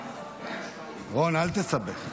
רון, אל תסבך.